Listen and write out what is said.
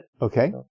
Okay